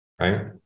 right